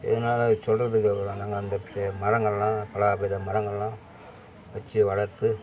இதனால் சொல்கிறதுக்கு மரங்களெல்லாம் பலவித மரங்களெல்லாம் வச்சு வளர்த்து